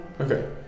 Okay